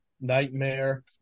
nightmare